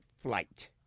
flight